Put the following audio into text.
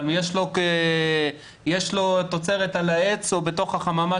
אבל יש לו תוצרת על העץ או בתוך החממה